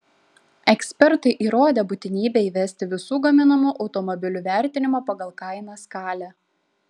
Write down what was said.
ekspertai įrodė būtinybę įvesti visų gaminamų automobilių vertinimo pagal kainą skalę